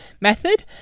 method